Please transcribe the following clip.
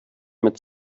mit